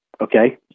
okay